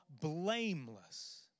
blameless